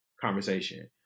conversation